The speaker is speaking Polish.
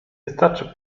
wystarczy